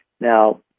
Now